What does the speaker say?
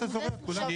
אני